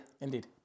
Indeed